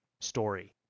story